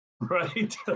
Right